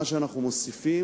מה שאנחנו מוסיפים